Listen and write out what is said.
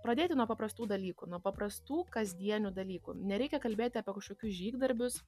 pradėti nuo paprastų dalykų nuo paprastų kasdienių dalykų nereikia kalbėti apie kažkokius žygdarbius